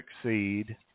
succeed